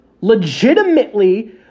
legitimately